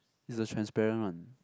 is a transparent one